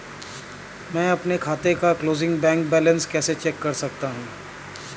मैं अपने खाते का क्लोजिंग बैंक बैलेंस कैसे चेक कर सकता हूँ?